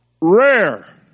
rare